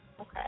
Okay